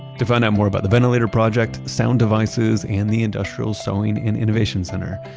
to find out more about the ventilator project, sound devices, and the industrial sewing and innovation center,